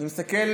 אני מסתכל